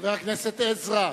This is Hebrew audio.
חבר הכנסת עזרא,